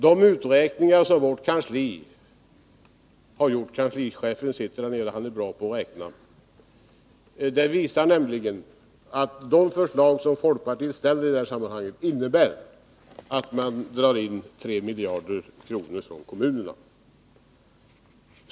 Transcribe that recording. De uträkningar som utskottets kansli har gjort — kanslichefen finns här i kammaren och han är bra på att räkna — visar att de förslag som folkpartiet väcker i det här sammanhanget innebär att man drar in 3 miljarder kronor från kommunerna.